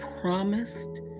promised